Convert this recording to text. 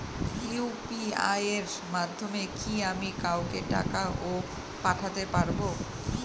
UPI এর মাধ্যমে কি আমি কাউকে টাকা ও পাঠাতে পারবো?